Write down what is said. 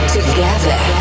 Together